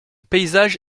paysage